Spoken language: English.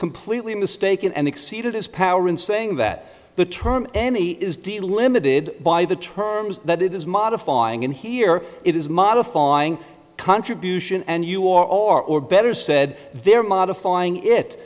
completely mistaken and exceeded his power in saying that the term any is de limited by the terms that it is modifying and here it is modifying contribution and you or or better said there modifying it